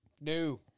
No